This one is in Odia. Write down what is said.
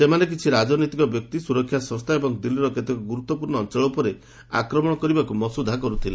ସେମାନେ କିଛି ରାଜନୈତିକ ବ୍ୟକ୍ତି ସୁରକ୍ଷା ସଂସ୍ଥା ଏବଂ ଦିଲ୍ଲୀର କେତେକ ଗୁରୁତ୍ୱପୂର୍ଣ୍ଣ ଅଞ୍ଚଳ ଉପରେ ଆକ୍ରମଣ କରିବାକୁ ମସୁଧା କରୁଥିଲେ